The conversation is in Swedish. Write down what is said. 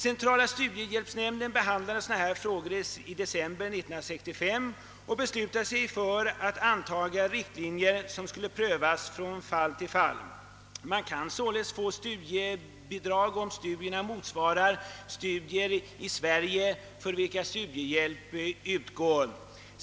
Centrala studiehjälpsnämnden <behandlade frågan i december 1965 och beslöt då anta riktlinjer som innebär en prövning från fall till fall. Studiebidrag kan sålunda lämnas, om studierna motsvarar sådana studier i Sverige för vilka studiehjälp utgår.